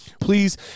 please